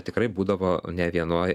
tikrai būdavo ne vienoj